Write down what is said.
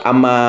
Ama